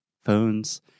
phones